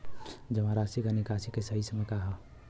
जमा राशि क निकासी के सही समय का ह?